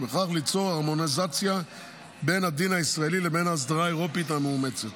ובכך ליצור הרמוניזציה בין הדין הישראלי ובין האסדרה האירופית המאומצת.